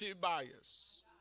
bias